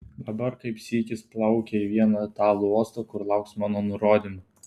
dabar kaip sykis plaukia į vieną italų uostą kur lauks mano nurodymų